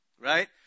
Right